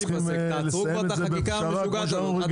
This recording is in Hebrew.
תעצרו כבר את החקיקה שלכם.